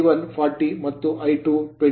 621 ಆದರೆ n1 n2 10